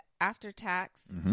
after-tax